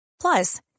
Plus